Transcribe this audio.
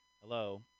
Hello